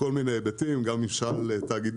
אנחנו עושים כל מיני היבטים גם ממשל תאגידי,